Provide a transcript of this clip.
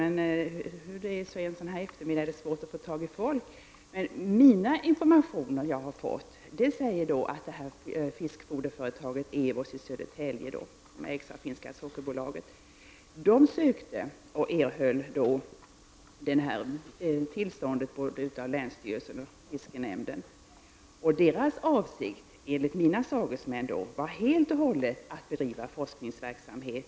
Men det är svårt att göra det så här på eftermiddagen. Enligt den information som jag har fått ansökte fiskfoderföretaget Ewos i Södertälje, som ägs av Sockerbolaget i Finland, om att få starta nämnda forskningsverksamhet. Man erhöll också tillstånd av länsstyrelsen och fiskenämnden. Avsikten var, enligt mina sagesmän, helt och hållet att bedriva forskningsverksamhet.